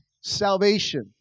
salvation